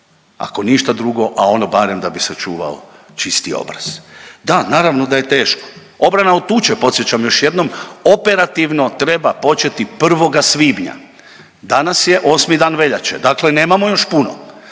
ako ništa drugo, a ono barem da bi sačuvao čisti obraz. Da, naravno da je teško. Obrana od tuče, podsjećam još jednom, operativno treba početi 1. svibnja, danas je 8. dan veljače, dakle nemamo još puno.